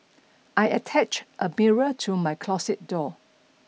I attached a mirror to my closet door